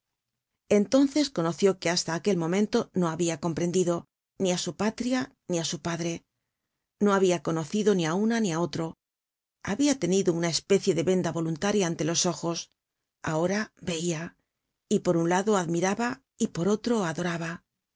entonces conoció que hasta aquel momento no habia comprendido ni á su patria ni á su padre no habia conocido ni á una ni áotro habia tenido una especie de venda voluntaria ante los ojos ahora veia y por un lado admiraba y por otro adoraba